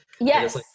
Yes